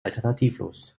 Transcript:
alternativlos